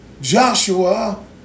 Joshua